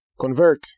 convert